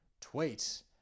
tweet